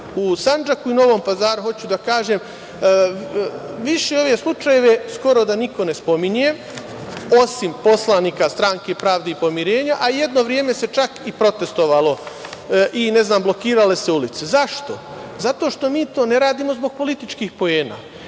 u Sandžaku i Novom Pazaru hoću da kažem da više ove slučajeve skoro da niko ne spominje, osim poslanika Stranke pravde i pomirenja, a jedno vreme se čak i protestovalo i blokirale se ulice. Zašto? Zato što mi to ne radimo zbog političkih poena,